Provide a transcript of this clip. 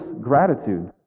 gratitude